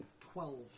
Twelve